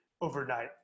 overnight